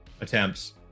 attempts